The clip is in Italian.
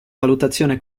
valutazione